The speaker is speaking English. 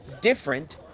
Different